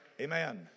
Amen